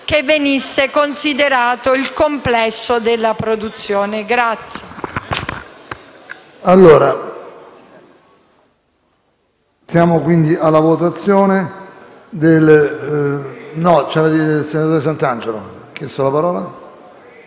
che venisse considerato il complesso della produzione.